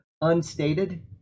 unstated